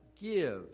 give